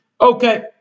Okay